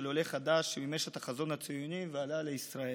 עולה חדש שמימש את החזון הציוני ועלה לישראל.